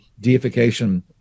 deification